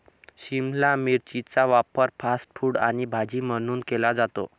शिमला मिरचीचा वापर fast food आणि भाजी म्हणून केला जातो